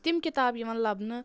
تِم کِتاب یِوان لَبنہٕ